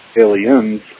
Aliens